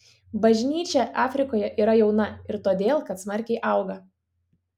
bažnyčia afrikoje yra jauna ir todėl kad smarkiai auga